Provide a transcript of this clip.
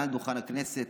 מעל דוכן הכנסת,